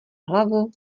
hlavu